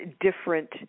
different